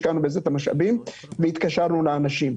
השקענו בזה את המשאבים והתקשרנו לאנשים.